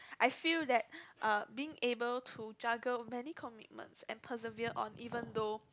I feel that uh being able to juggle many commitments and preserve or even though